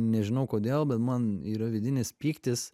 nežinau kodėl bet man yra vidinis pyktis